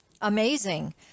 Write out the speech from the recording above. Amazing